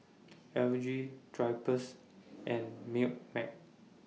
L G Drypers and Milkmaid